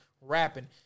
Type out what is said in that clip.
rapping